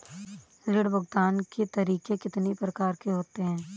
ऋण भुगतान के तरीके कितनी प्रकार के होते हैं?